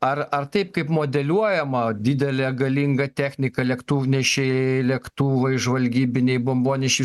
ar ar taip kaip modeliuojama didelė galinga technika lėktuvnešiai lėktuvai žvalgybiniai bombonešiai